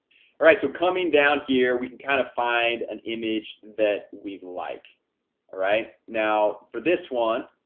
all right. so coming down here. we can kind of find an image that we like all right now for this one